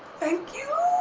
thank you!